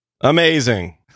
Amazing